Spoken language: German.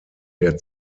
der